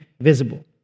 visible